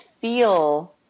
feel